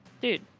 dude